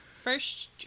First